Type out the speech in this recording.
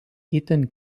itin